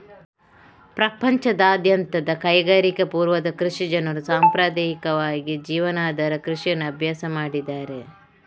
ಪ್ರಪಂಚದಾದ್ಯಂತದ ಕೈಗಾರಿಕಾ ಪೂರ್ವದ ಕೃಷಿ ಜನರು ಸಾಂಪ್ರದಾಯಿಕವಾಗಿ ಜೀವನಾಧಾರ ಕೃಷಿಯನ್ನು ಅಭ್ಯಾಸ ಮಾಡಿದ್ದಾರೆ